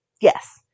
Yes